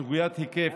סוגיית היקף